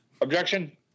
Objection